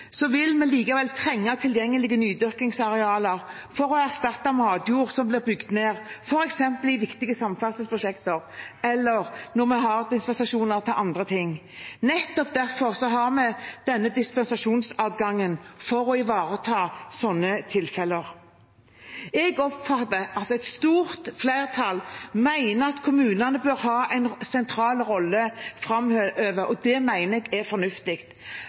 vil vi trenge tilgjengelige nydyrkingsarealer for å erstatte matjord som blir bygd ned, f.eks. i viktige samferdselsprosjekter eller når vi har dispensasjoner til andre ting. Nettopp derfor har vi denne dispensasjonsadgangen – for å ivareta slike tilfeller. Jeg oppfatter at et stort flertall mener at kommunene bør ha en sentral rolle framover, og det mener jeg er fornuftig.